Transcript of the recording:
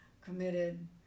committed